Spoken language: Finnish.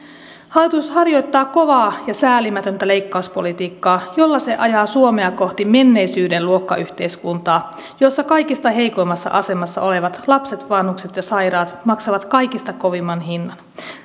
hallitus harjoittaa kovaa ja säälimätöntä leikkauspolitiikkaa jolla se ajaa suomea kohti menneisyyden luokkayhteiskuntaa jossa kaikista heikoimmassa asemassa olevat lapset vanhukset ja sairaat maksavat kaikista kovimman hinnan